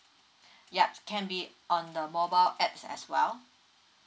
yup can be on the mobile apps as well